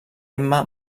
emma